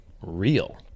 real